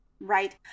right